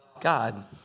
God